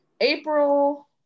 april